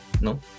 no